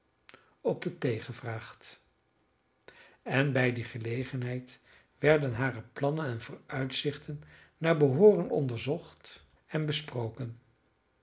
op de thee gevraagd en bij die gelegenheid werden hare plannen en vooruitzichten naar behooren onderzocht en besproken